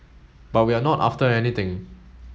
but we're not after anything